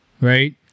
right